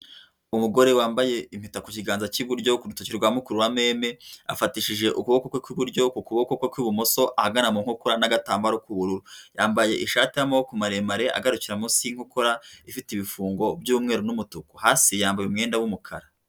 Umugore wambaye impeta ku kiganza cy'iburyo ku rutoki rwa mukuru wa mame afatishije ukuboko kw'iburyo kuboko kw'ibumoso ahagana mu nkokora n'agatambaro k'ubururu yambaye ishati y'amaboko maremare agarukira munsi y'inkokora ifite ibifungo by'umweru n'umutuku hasi yambaye umwenda w'umukara.